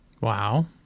Wow